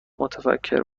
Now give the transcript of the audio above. متفکر